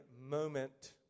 moment